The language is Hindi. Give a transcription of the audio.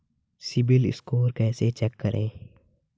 सिबिल स्कोर कैसे चेक करें?